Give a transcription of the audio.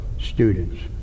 students